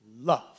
Love